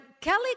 Kelly